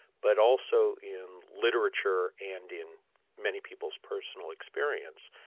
but also in literature and in many people's personal experience,